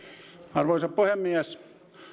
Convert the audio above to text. arvoisa puhemies